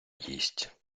їсть